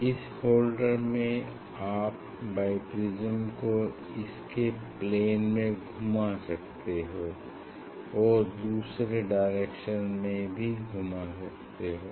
इस होल्डर में आप बाईप्रिज्म को इसके प्लेन में घुमा सकते हो और दूसरे डायरेक्शन में भी घुमा सकते हो